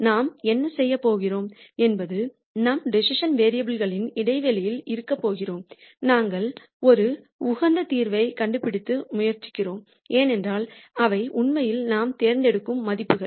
எனவே நாம் என்ன செய்யப் போகிறோம் என்பது நாம் டிசிசன் வேரியபுல்களின் இடைவெளியில் இருக்கப் போகிறோம் நாங்கள் ஒரு உகந்த தீர்வைக் கண்டுபிடித்து முயற்சிக்கப் போகிறோம் ஏனென்றால் அவை உண்மையில் நாம் தேர்ந்தெடுக்கும் மதிப்புகள்